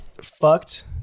fucked